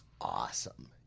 awesome